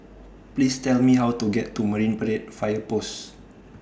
Please Tell Me How to get to Marine Parade Fire Post